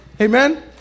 Amen